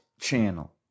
channel